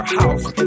house